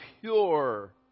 pure